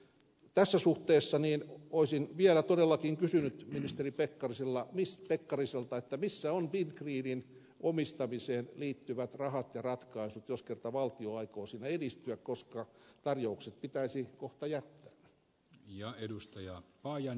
tässä suhteessa olisin vielä todellakin kysynyt ministeri pekkariselta missä ovat fingridin omistamiseen liittyvät rahat ja ratkaisut jos kerta valtio aikoo siinä edistyä koska tarjoukset pitäisi kohta jättää